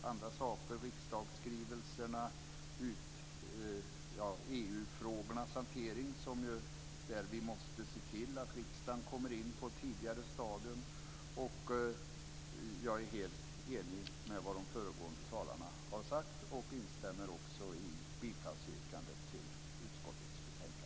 De har tagit upp riksdagsskrivelserna och EU-frågornas hantering, där vi måste se till att riksdagen kommer in på ett tidigare stadium. Jag är helt enig med vad de föregående talarna har sagt och instämmer också i bifallsyrkandet till hemställan i utskottets betänkande.